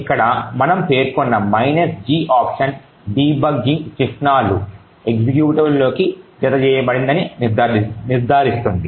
ఇక్కడ మనము పేర్కొన్న G ఆప్షన్ డీబగ్గింగ్ చిహ్నాలు ఎక్జిక్యూటబుల్లోకి జతచేయబడిందని నిర్ధారిస్తుంది